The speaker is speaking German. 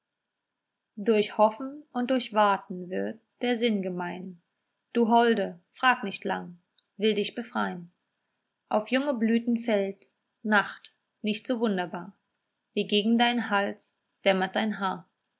durch hoffen und durch warten wird der sinn gemein du holde frag nicht lang will dich befrein auf junge blüten fällt nacht nicht so wunderbar wie gegen deinen hals dämmert dein haar